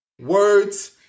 words